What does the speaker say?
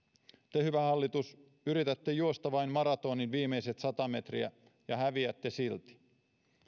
te hyvä hallitus yritätte juosta vain maratonin viimeiset sata metriä ja häviätte silti